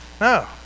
No